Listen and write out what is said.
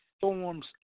forms